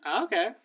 okay